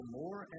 more